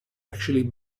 actually